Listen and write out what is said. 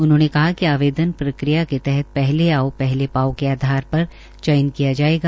उनहोंने कहा कि आवेदन प्रक्रिया के तहत पहले आओ पहले पाओ के आधार पर चयन किया जायेगा